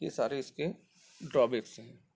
یہ سارے اس کے ڈرو بیکس ہیں